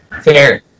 fair